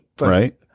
Right